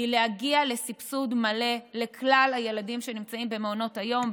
להגיע לסבסוד מלא לכלל הילדים שנמצאים במעונות היום,